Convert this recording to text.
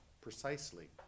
precisely